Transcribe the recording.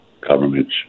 governments